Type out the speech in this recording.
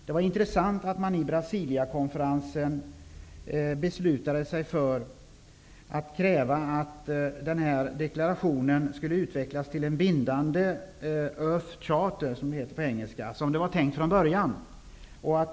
Det var intressant att man i Brasiliakonferensen beslutade sig för att kräva att den här deklarationen skulle utvecklas till bindande Earth Charter, som det heter på engelska, som det var tänkt från början.